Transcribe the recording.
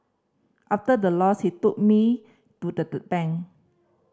after the loss he took me to the the bank